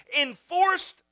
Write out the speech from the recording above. Enforced